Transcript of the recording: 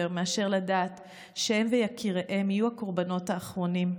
לדעת מאשר שהם ויקיריהם יהיו הקורבנות האחרונים.